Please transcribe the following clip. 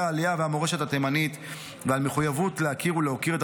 העלייה והמורשת התימנית ועל מחויבות להכיר ולהוקיר את